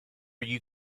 you